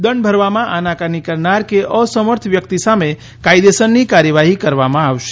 દંડ ભરવામાં આનાકાની કરનાર કે અસમર્થ વ્યકિત સામે કાયદેસરની કાર્યવાહી હાથ ધરવામાં આવશે